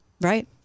right